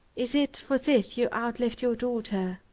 is it for this you outlived your daughter?